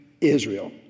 Israel